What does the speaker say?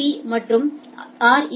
B மற்றும் R